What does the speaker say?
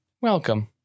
welcome